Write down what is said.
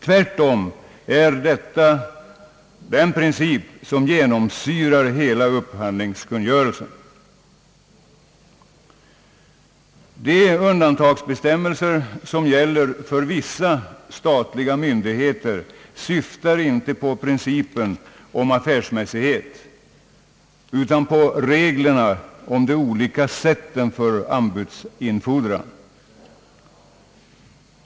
Det är tvärtom den principen som genomsyrar hela upphandlingskungörelsen. De undantagsbestämmelser som gäller för vissa statliga myndigheter syftar inte på principen om affärsmässighet, utan på reglerna om de olika sätten för anbudsinfordran.